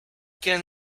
can